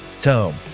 Tome